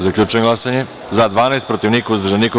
Zaključujem glasanje: za – 12, protiv – niko, uzdržanih – nema.